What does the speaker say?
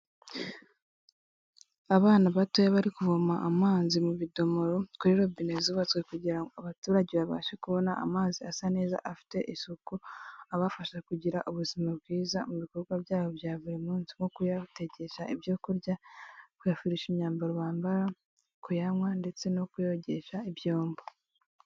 Abana batoya bari kuvoma amazi mu bidomoro, kuri robine zubatswe kugira ngo abaturage babashe kubona amazi asa neza afite isuku, abafasha kugira ubuzima bwiza mu bikorwa byabo bya buri munsi, nko kuyategereza ibyo kurya, kuyafurisha imyambaro bambara, kuyanywa ndetse no kuyogesha ibyombo.